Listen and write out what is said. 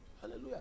hallelujah